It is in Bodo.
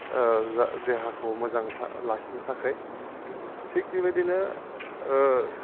देहाखो मोजां लाखिनो थाखाय थिक बेबायदिनो